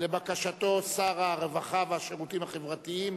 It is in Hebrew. לבקשתו שר הרווחה והשירותים החברתיים